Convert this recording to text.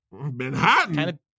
Manhattan